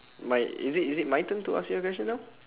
mine is it is it my turn to ask you the question now